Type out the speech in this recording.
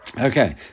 okay